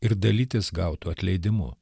ir dalytis gautu atleidimu